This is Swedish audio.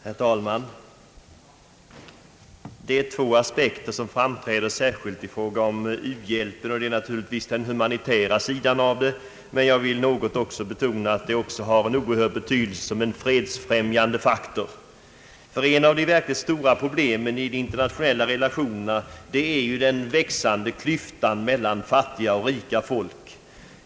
Herr talman! Det är två aspekter som framträder särskilt i fråga om u-hjälpen: den humanitära sidan och — något som jag även vill betona — den oerhöra betydelse hjälpen har som en fredsfrämjande faktor. Ett av de verkligt stora problemen i de internationella relationerna är den växande klyftan mellan fattiga och rika folk.